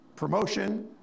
Promotion